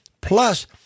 Plus